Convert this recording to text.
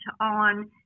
on